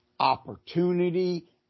opportunity